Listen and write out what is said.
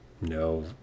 no